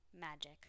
magic